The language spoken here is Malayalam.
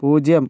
പൂജ്യം